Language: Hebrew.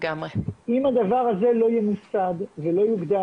אם הדבר הזה לא ימוסד ולא יוסדר,